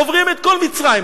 עוברים את כל מצרים,